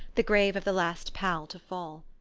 the grave of the last pal to fall.